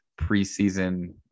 preseason